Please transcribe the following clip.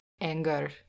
anger